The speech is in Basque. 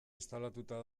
instalatuta